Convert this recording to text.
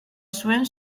zuen